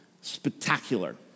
spectacular